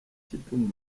kidum